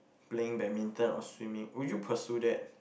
playing badminton or swimming would you pursue that